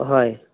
হয়